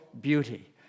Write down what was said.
beauty